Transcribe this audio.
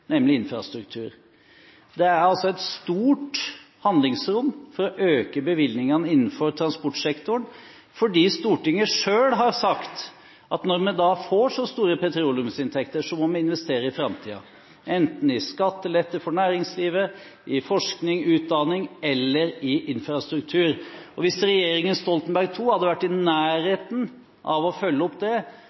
nemlig infrastruktur. Det er altså et stort handlingsrom for å øke bevilgningene innenfor transportsektoren, fordi Stortinget selv har sagt at når vi får så store petroleumsinntekter, må vi investere i framtiden – enten i skattelette for næringslivet, i forskning og utdanning, eller i infrastruktur. Hvis regjeringen Stoltenberg II hadde vært i nærheten av å følge opp det,